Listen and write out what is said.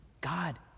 God